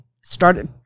started